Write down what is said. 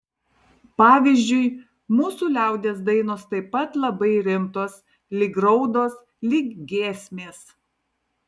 pavyzdžiui mūsų liaudies dainos taip pat labai rimtos lyg raudos lyg giesmės